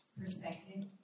Perspective